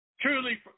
Truly